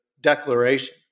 declaration